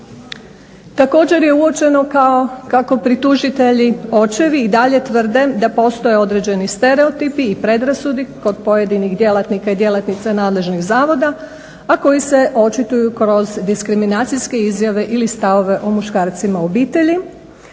Također je uočeno kao, kako pritužitelji očevi i dalje tvrde da postoje određeni stereotipi i predrasude kod pojedinih djelatnika i djelatnica nadležnih zavoda, a koji se očituju kroz diskriminacijske izjave ili stavove o muškarcima u obitelji.